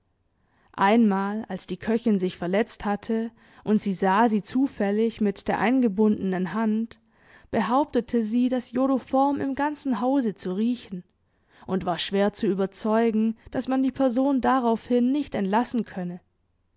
einmal als die köchin sich verletzt hatte und sie sah sie zufällig mit der eingebundenen hand behauptete sie das jodoform im ganzen hause zu riechen und war schwer zu überzeugen daß man die person daraufhin nicht entlassen könne